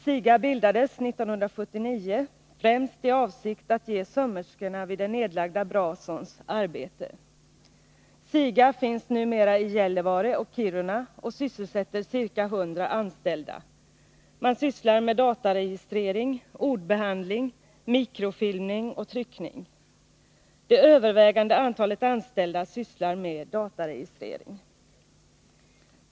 SIGA bildades 1979, främst i avsikt att ge sömmerskorna vid det nedlagda Brasons arbete. SIGA finns numera i Gällivare och Kiruna och sysselsätter ca 100 anställda. Man sysslar med dataregistrering, ordbehandling, mikrofilmning och tryckning. Det övervägande antalet anställda sysslar med dataregistrering.